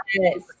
Yes